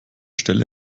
stelle